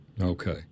Okay